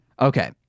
Okay